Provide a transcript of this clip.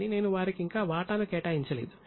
కానీ నేను వారికి ఇంకా వాటాలను కేటాయించలేదు